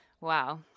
Wow